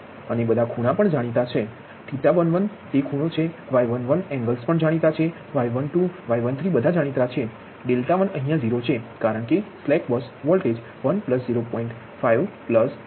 અને બધા ખૂણા જાણીતા છે θ11 તે ખૂણો છે Y11 એંગલ્સ જાણીતા એંગલ છે Y12 Y13 બધા જાણીતા છે 𝛿1 અહીયા 0 છે કારણ કે સ્લેક બસ વોલ્ટેજ 1